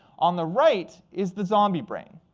on the right is the zombie brain.